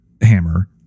hammer